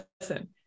Listen